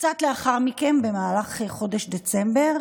קצת לאחר מכן, במהלך חודש דצמבר,